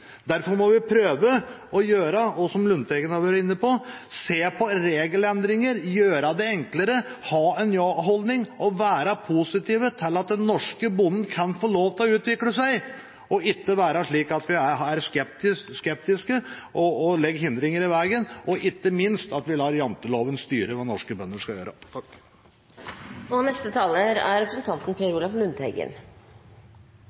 Derfor må vi prøve å gjøre det som også Lundteigen har vært inne på: se på regelendringer, gjøre det enklere, ha en ja-holdning og være positive til at den norske bonden kan få lov til å utvikle seg. Vi må ikke være skeptiske og legge hindringer i veien, og – ikke minst – vi må ikke la janteloven styre hva norske bønder skal gjøre. I denne debatten har også ordet bioøkonomi kommet opp. Det er